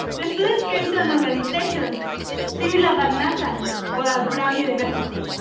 the students came to an organization similar nasa but at brown university.